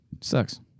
Sucks